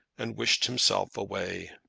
and wished himself away.